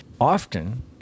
often